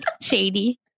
shady